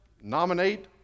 nominate